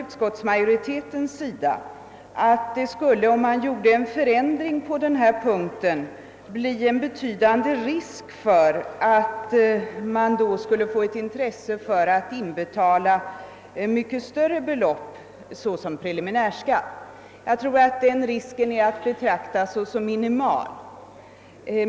Utskottsmajoriteten framhåller att en förändring på denna punkt skulle innebära en betydande risk för att folk skulle bli intresserade av att inbetala mycket större belopp såsom preliminärskatt. Denna risk är emellertid att betrakta som minimal.